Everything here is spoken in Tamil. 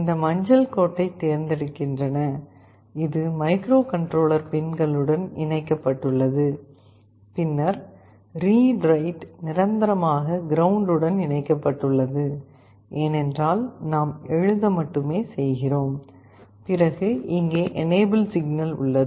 இந்த மஞ்சள் கோட்டைத் தேர்ந்தெடுக்கின்றன இது மைக்ரோகண்ட்ரோலர் பின்களுடன் இணைக்கப்பட்டுள்ளது பின்னர் ரீட்ரைட் நிரந்தரமாக கிரவுண்ட் உடன் இணைக்கப்பட்டுள்ளது ஏனென்றால் நாம் எழுத மட்டுமே செய்கிறோம் பிறகு இங்கே எனேபிள் சிக்னல் உள்ளது